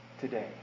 today